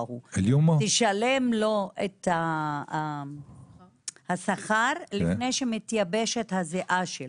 תשלם לו את השכר לפני שמתייבשת הזיעה שלו.